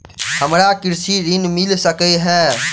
हमरा कृषि ऋण मिल सकै है?